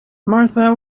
marta